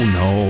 no